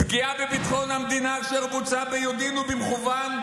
"פגיעה בביטחון המדינה אשר בוצעה ביודעין ובמכוון,